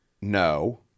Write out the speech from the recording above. No